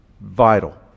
vital